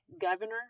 governor